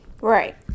right